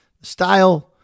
style